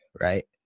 Right